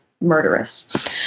murderous